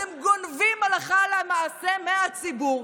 אתם גונבים הלכה למעשה מהציבור,